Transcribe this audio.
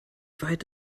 weit